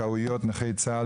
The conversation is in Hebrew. מכל הנכויות,